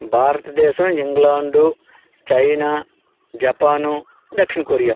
భారతదేశం England China Japan దక్షిణ Korea